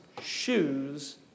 shoes